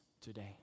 today